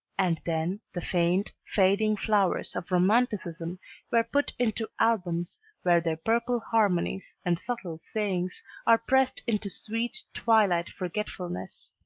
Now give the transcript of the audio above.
and then the faint, fading flowers of romanticism were put into albums where their purple harmonies and subtle sayings are pressed into sweet twilight forgetfulness.